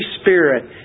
Spirit